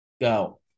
Go